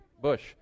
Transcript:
bush